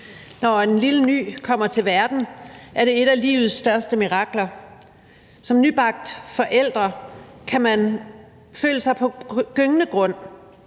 Når en lille ny kommer til verden, er det et af livets største mirakler. Som nybagt forælder kan man føle sig på gyngende grund.